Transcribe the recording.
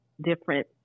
different